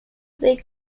they